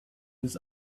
his